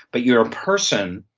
but you're a person,